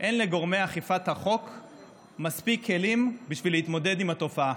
ואין לגורמי אכיפת החוק מספיק כלים בשביל להתמודד עם התופעה.